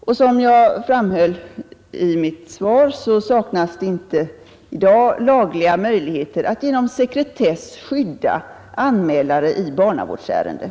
Men som jag framhöll i mitt svar saknas det i dag inte lagliga möjligheter att genom sekretess skydda anmälare i barnavårdsärenden.